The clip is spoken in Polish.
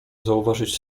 zauważyć